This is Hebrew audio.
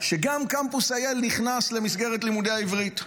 שגם קמפוס IL נכנס למסגרת לימודי העברית.